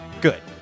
Good